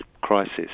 crisis